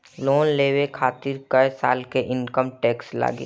Loan लेवे खातिर कै साल के इनकम टैक्स लागी?